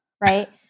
right